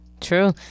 true